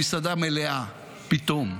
המסעדה מלאה, פתאום.